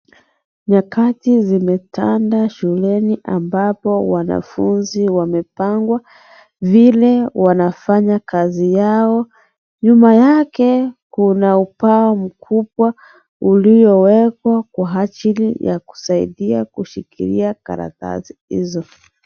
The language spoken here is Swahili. Mikati zimetanda shuleni ambapo wanafunzi wamepangwa vile wanfanya kazi yao. Nyuma yake kuna ubao mkubwa uliowekwa kwa ajili ya kushikilia karatasi hizo.